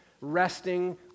resting